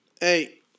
hey